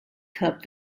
cup